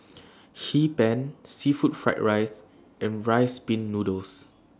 Hee Pan Seafood Fried Rice and Rice Pin Noodles